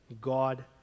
God